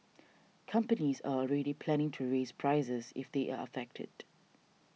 companies are already planning to raise prices if they are affected